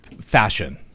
Fashion